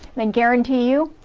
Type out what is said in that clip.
and guarantee you,